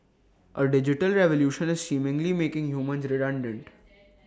A digital revolution is seemingly making humans redundant